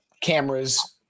cameras